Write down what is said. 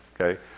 Okay